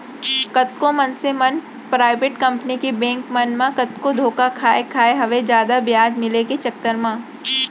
कतको मनसे मन पराइबेट कंपनी के बेंक मन म कतको धोखा खाय खाय हवय जादा बियाज मिले के चक्कर म